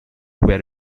where